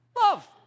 Love